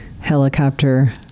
helicopter